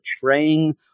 portraying